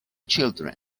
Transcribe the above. children